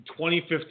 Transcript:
2015